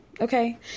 Okay